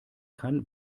kann